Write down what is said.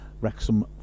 Wrexham